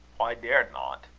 why dared not?